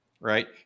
right